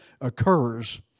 occurs